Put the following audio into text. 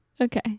Okay